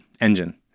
engine